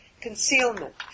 concealment